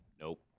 Nope